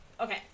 okay